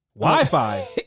Wi-Fi